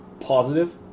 positive